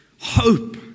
hope